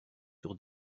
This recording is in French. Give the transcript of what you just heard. sur